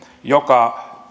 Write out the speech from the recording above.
joka